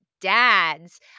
dads